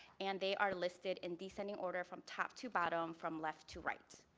and they are listed in descend ing order from top-to-bottom from left to right.